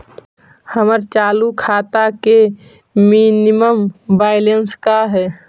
हमर चालू खाता के मिनिमम बैलेंस का हई?